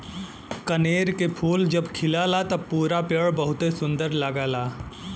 कनेर के फूल जब खिलला त पूरा पेड़ बहुते सुंदर लगला